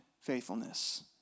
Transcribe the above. faithfulness